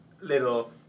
little